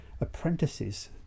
apprentices